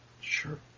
Sure